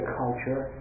culture